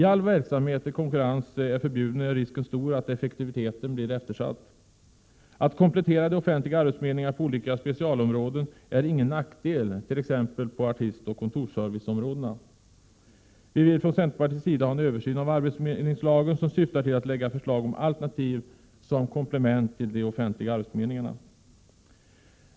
Tall verksamhet där konkurrens är förbjuden är risken stor att effektiviteten blir eftersatt. Att komplettera de offentliga arbetsförmedlingarna på olika specialområden, t.ex. på artistoch kontorsserviceområdena, är ingen nackdel. Vi vill från centerpartiets sida ha en översyn av arbetsförmedlingslagen som syftar till att förslag kan läggas fram om alternativ som komplement till de offentliga arbetsförmedlingarna.